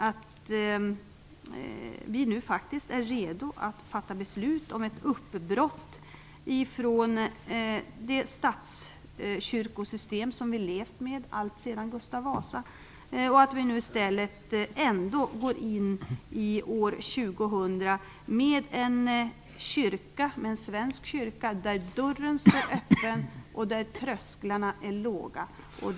Nu är vi faktiskt redo att fatta beslut om ett uppbrott från det statskyrkosystem som vi levt med alltsedan Gustav Vasa. I stället går vi in i år 2000 med en svensk kyrka där dörren står öppen och där trösklarna är låga.